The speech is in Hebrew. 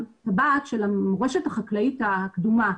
הטבעת של המורשת החקלאית הקדומה,